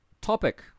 topic